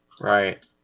Right